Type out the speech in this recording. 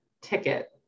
ticket